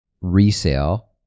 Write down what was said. resale